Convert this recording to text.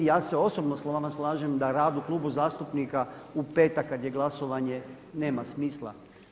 I ja se osobno sa vama slažem da rad u klubu zastupnika u petak kad je glasovanje nema smisla.